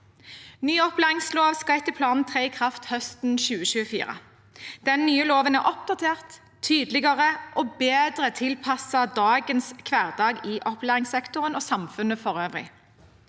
Ny opplæringslov skal etter planen tre i kraft høsten 2024. Den nye loven er oppdatert, tydeligere og bedre tilpasset dagens hverdag i opplæringssektoren og samfunnet for øvrig.